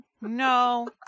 no